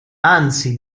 anzi